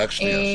רק שנייה,